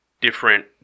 different